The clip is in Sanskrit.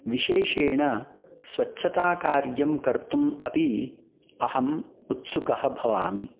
विशेषेण स्वच्छता कार्यं कर्तुम् अपि अहम् उत्सुकः भवामि